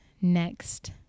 next